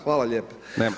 Hvala lijepa.